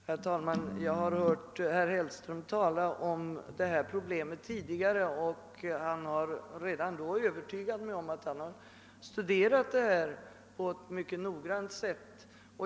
Herr talman! Jag har hört herr Hellström tala om detta problem tidigare, och han har redan då övertygat mig om att han har studerat det på ett mycket noggrant sätt.